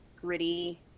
gritty